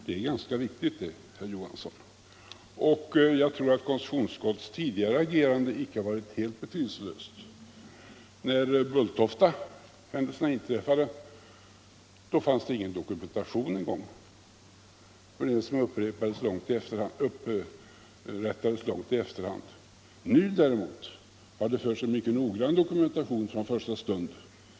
Det är ganska viktigt det, herr Johansson. Och jag tror att konstitutionsutskottets tidigare agerande icke har varit helt betydelselöst. När Bulltoftahändelserna inträffade fanns det inte ens någon dokumentation, annat än den som upprättades långt i efterhand. Nu däremot har gjorts en mycket noggrann dokumentation från första stund.